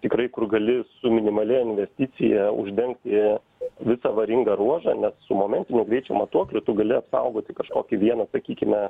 tikrai kur gali su minimalia investicija uždengti visą avaringą ruožą nes su momentiniu greičio matuokliu tu gali apsaugoti kažkokį vieną sakykime